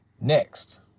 next